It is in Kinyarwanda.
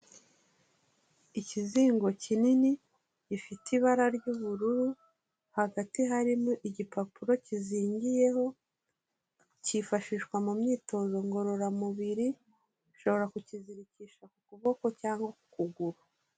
Ikizingo kinini gifite ibara ry'ubururu hagati harimo igipapuro kizingiyeho, cyifashishwa mu myitozo ngororamubiri, ushobora kukizirikisha ku kuboko cyangwa ku kuguru.